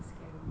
scary